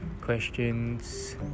questions